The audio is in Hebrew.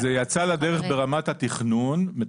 אפעס, הם דקה לפני פנסיה, אתה